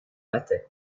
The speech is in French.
patay